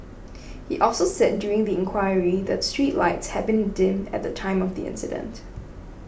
he also said during the inquiry that the street lights had been dim at the time of the accident